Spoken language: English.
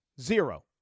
zero